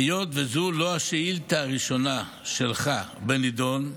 היות שזו לא השאילתה הראשונה שלך בנדון,